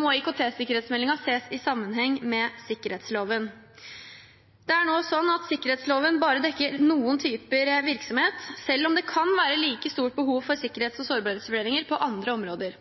må IKT-sikkerhetsmeldingen ses i sammenheng med sikkerhetsloven. Det er nå slik at sikkerhetsloven bare dekker noen typer virksomhet, selv om det kan være like stort behov for sikkerhets- og sårbarhetsvurderinger på andre områder.